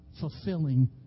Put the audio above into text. fulfilling